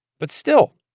but still,